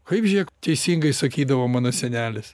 kaip žėk teisingai sakydavo mano senelis